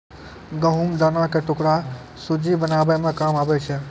गहुँम दाना के टुकड़ा सुज्जी बनाबै मे काम आबै छै